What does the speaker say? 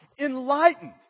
enlightened